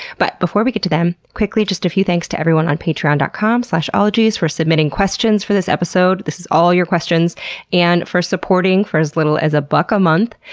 but before we get to them, quickly, just a few thanks to everyone on patreon dot com slash ologies for submitting questions for this episode this is all your questions and for supporting for as little as a buck a month.